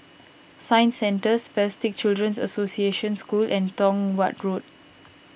Science Centre Spastic Children's Association School and Tong Watt Road